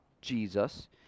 Jesus